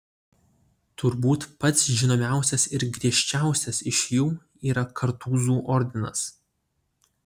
turbūt pats žinomiausias ir griežčiausias iš jų yra kartūzų ordinas